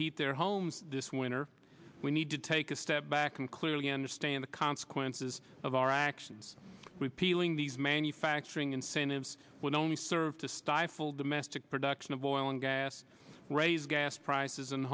heat their homes this winter we need to take a step back and clearly understand the consequences of our actions repealing these manufacturing incentives would only serve to stifle domestic production of oil and gas raise gas prices and